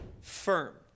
firm